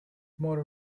more